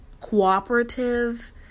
cooperative